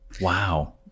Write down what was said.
Wow